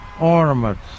ornaments